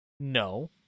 No